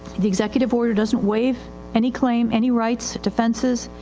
the executive order doesnit waive any claim, any rights, defenses,